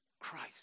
Christ